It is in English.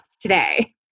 today